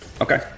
Okay